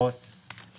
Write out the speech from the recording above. לפעמים